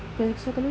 psychology lah